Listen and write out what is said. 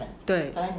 对